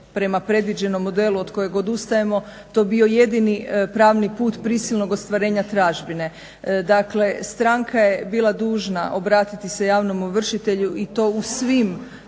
prema predviđenom modelu od kojeg odustajemo to bio jedini pravni put prisilnog ostvarenja tražbine. Dakle, stranka je bila dužna obratiti se javnom ovršitelju i to u svim